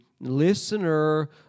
listener